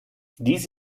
dies